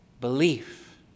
belief